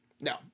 No